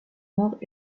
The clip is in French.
mort